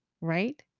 Right